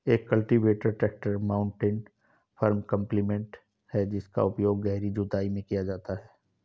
एक cultivator tractor mounted farm implement है जिसका उपयोग गहरी जुताई में किया जाता है